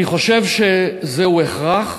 אני חושב שזהו הכרח,